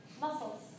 muscles